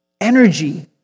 energy